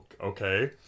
okay